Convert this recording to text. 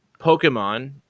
Pokemon